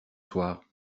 soir